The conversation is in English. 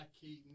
Keaton